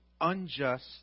unjust